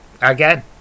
Again